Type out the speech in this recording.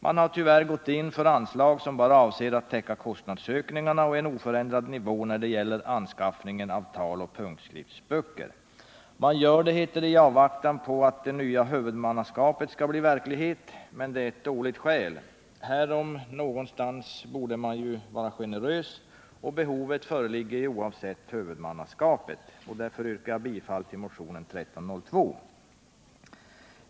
Man har, tyvärr, gått in för anslag som bara avser att täcka kostnadsökningarna och en oförändrad nivå när det gäller anskaffning av taloch punktskriftsböcker. Man gör det, heter det, i avvaktan på att det nya huvudmannaskapet skall bli verklighet, men det är ett dåligt skäl. Här om någonstans borde man vara generös, och behovet föreligger ju oavsett huvudmannaskapet. Därför yrkar jag bifall till motionen 1302.